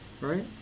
Right